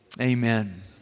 Amen